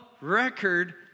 record